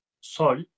sol